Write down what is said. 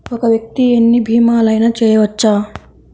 ఒక్క వ్యక్తి ఎన్ని భీమలయినా చేయవచ్చా?